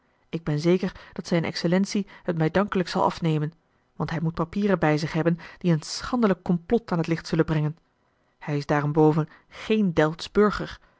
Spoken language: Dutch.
ik ben zeker dat zijne excellentie het mij dankelijk zal afnemen want hij moet papieren bij zich hebben die een schandelijk complot aan t licht zullen brengen hij is daarenboven geen delftsch burger